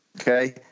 Okay